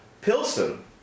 Pilsen